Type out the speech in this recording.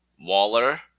Waller